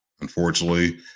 Unfortunately